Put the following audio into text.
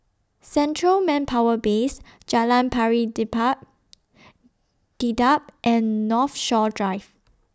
Central Manpower Base Jalan Pari Dedap and Northshore Drive